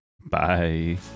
Bye